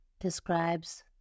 describes